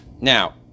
Now